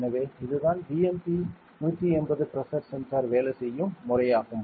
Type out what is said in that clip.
எனவே இதுதான் BMP180 pressure sensor வேலை செய்யும் முறையாகும்